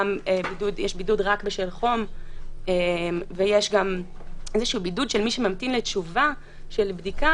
בידוד רק בשל חום ובידוד של מי שממתין לתשובה של בדיקה,